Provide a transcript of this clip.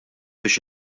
biex